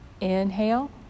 Inhale